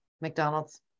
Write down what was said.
McDonald's